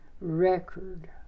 record